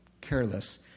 careless